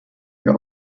wir